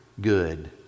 good